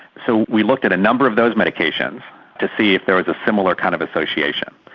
so we looked at a number of those medications to see if there was a similar kind of association,